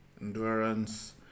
endurance